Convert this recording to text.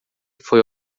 foi